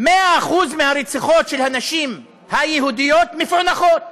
100% הרציחות של נשים יהודיות מפוענחות.